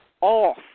off